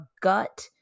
gut